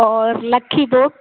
और लक्की डोक